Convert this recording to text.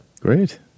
Great